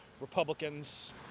Republicans